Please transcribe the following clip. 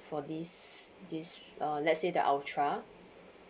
for this this uh let say the ultra